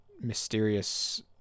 mysterious